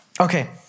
Okay